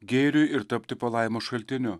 gėriui ir tapti palaimos šaltiniu